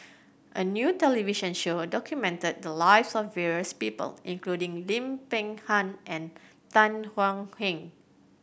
a new television show documented the lives of various people including Lim Peng Han and Tan Thuan Heng